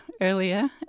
earlier